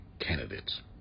candidates